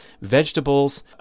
vegetables